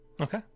Okay